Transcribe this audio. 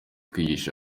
kwigisha